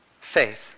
Faith